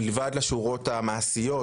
מלבד לשורות המעשיות,